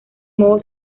modo